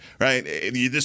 right